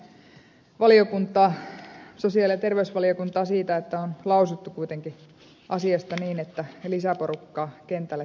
kiitän sosiaali ja terveysvaliokuntaa siitä että on lausuttu kuitenkin asiasta niin että lisäporukkaa kentälle tarvitaan